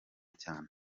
cyane